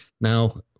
Now